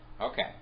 Okay